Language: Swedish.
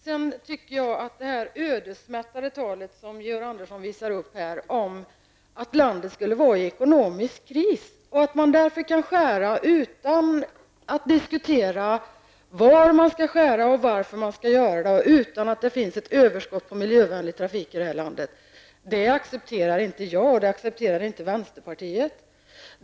Georg Anderssons ödesmättade tal, om att landet skulle vara i ekonomisk kris och att man därför kan skära utan att diskutera var man skall skära, varför man skall göra det och utan att det finns ett överskott på miljövänlig trafik i det här landet, accepterar inte jag och vänsterpartiet.